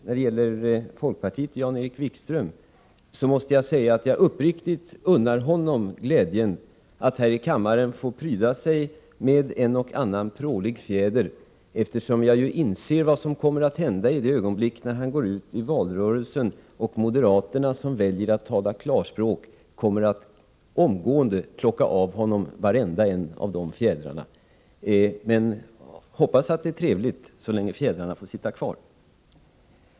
När det gäller folkpartiet måste jag säga att jag uppriktigt unnar Jan-Erik Wikström glädjen att här i kammaren få pryda sig med en och annan prålig fjäder, eftersom jag inser vad som kommer att hända i det ögonblick han går ut i valrörelsen och moderaterna, som väljer att tala klarspråk, omgående plockar av honom varenda fjäder. Jag hoppas att det är trevligt så länge fjädrarna får sitta kvar.